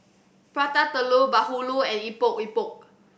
Prata Telur bahulu and Epok Epok